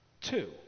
two